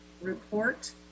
report